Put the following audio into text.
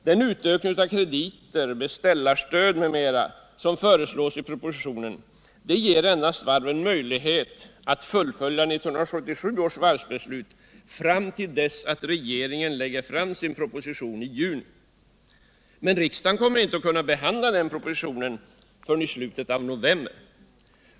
Den utökning av krediter, beställarstöd m.m. som föreslås i propositionen ger endast möjlighet för varven att fullfölja 1977 års varsbeslut fram till dess att regeringen lägger fram sin proposition i juni. Men riksdagen kommer inte att kunna behandla den propositionen förrän i slutet av november.